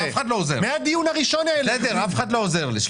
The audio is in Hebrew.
מהדיון הראשון העלינו את זה.